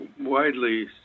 widely